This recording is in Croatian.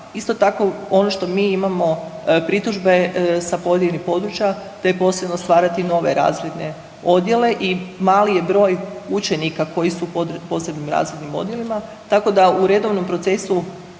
Isto tako ono što mi imamo pritužbe sa pojedinih područja da je posebno stvarati nove razredne odjele i mali je broj učenika koji su u posebnim razrednim odjelima tako da u redovnom procesu